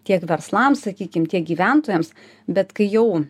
tiek verslams sakykim tiek gyventojams bet kai jau